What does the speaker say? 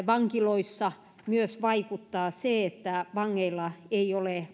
vankiloissa myös vaikuttaa se että vangeilla ei ole